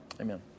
Amen